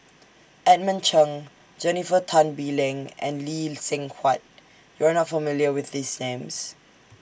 Edmund Cheng Jennifer Tan Bee Leng and Lee Seng Huat YOU Are not familiar with These Names